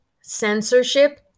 censorship